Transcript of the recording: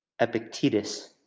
Epictetus